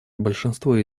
большинство